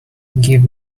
give